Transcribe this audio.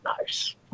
Nice